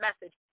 message